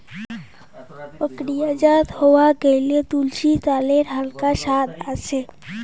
প্রক্রিয়াজাত হয়া গেইলে, তুলসী ত্যালের হালকা সাদ আছে